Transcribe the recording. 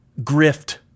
grift